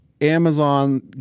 Amazon